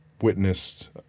witnessed